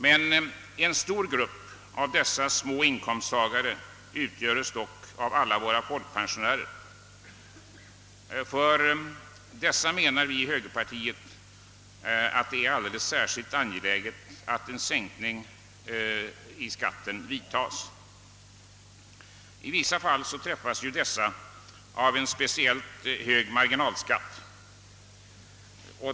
Men en stor grupp av dessa små inkomsttagare utgöres dock av alla våra folkpensionärer. För dessa menar vi i högerpartiet att det är alldeles särskilt angeläget att en sänkning av skatten vidtages. I vissa fall träffas ju dessa av en speciellt hög skatt.